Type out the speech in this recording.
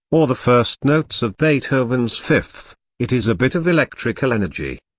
or the first notes of beethoven's fifth it is a bit of electrical energy.